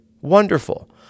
wonderful